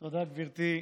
תודה, גברתי.